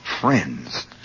friends